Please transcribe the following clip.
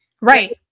Right